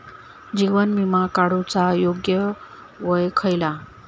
जीवन विमा काडूचा योग्य वय खयला?